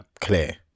clear